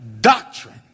Doctrine